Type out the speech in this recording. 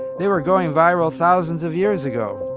they were going viral thousands of years ago